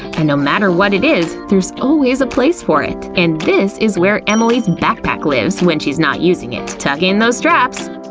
and no matter what it is, there's always a place for it. and is where emily's backpack lives when she's not using it. tuck in those straps!